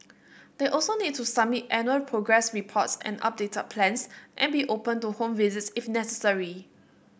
they also need to submit annual progress reports and updated plans and be open to home visits if necessary